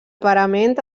parament